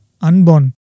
unborn